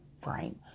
frame